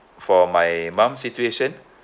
for my mum situation